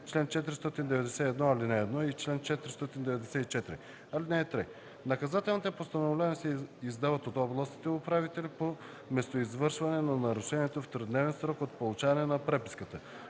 чл. 491, ал. 1 и чл. 494. (3) Наказателните постановления се издават от областните управители по местоизвършване на нарушението в тридневен срок от получаване на преписката.